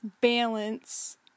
Balance